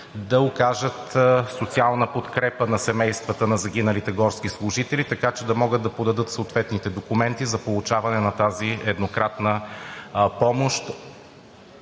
да окажат социална подкрепа на семействата на загиналите горски служители, така че да могат да подадат съответните документи за получаване на тази еднократна помощ